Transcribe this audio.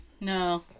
No